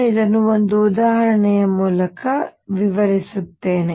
ನಾನು ಇದನ್ನು ಒಂದು ಉದಾಹರಣೆಯ ಮೂಲಕ ವಿವರಿಸುತ್ತೇನೆ